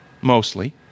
Mostly